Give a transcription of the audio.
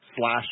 slash